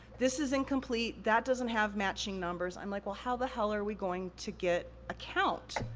this is incomplete, that doesn't have matching numbers. i'm like, well how the hell are we going to get a count?